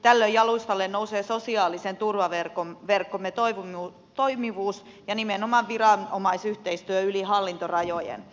tällöin jalustalle nousee sosiaalisen turvaverkkomme toimivuus ja nimenomaan viranomaisyhteistyö yli hallintorajojen